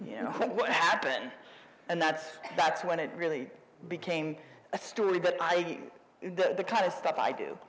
you know what happened and that's that's when it really became a story but i did the kind of stuff i do